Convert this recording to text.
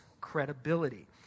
credibility